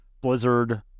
Blizzard